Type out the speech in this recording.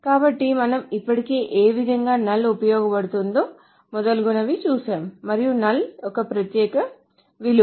కాబట్టి మనం ఇప్పటికే ఏ విధంగా null ఉపయోగపడుతుందో మొదలగునవి చూశాము మరియు null ఒక ప్రత్యేక విలువ